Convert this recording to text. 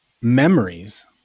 memories